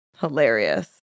hilarious